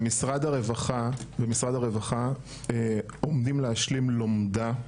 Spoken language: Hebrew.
במשרד הרווחה עומדים להשלים לומדה,